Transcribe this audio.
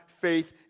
faith